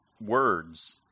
words